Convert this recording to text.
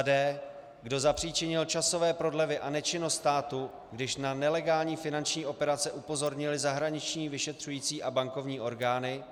d) kdo zapříčinil časové prodlevy a nečinnost státu, když na nelegální finanční operace upozornily zahraniční vyšetřující a bankovní orgány,